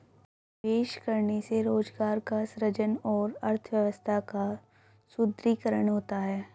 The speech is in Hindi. निवेश करने से रोजगार का सृजन और अर्थव्यवस्था का सुदृढ़ीकरण होता है